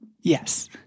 Yes